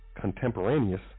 contemporaneous